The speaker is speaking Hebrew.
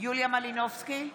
יוליה מלינובסקי,